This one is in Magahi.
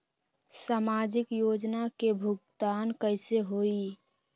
समाजिक योजना के भुगतान कैसे होई?